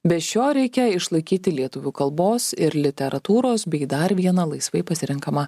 be šio reikia išlaikyti lietuvių kalbos ir literatūros bei dar vieną laisvai pasirenkamą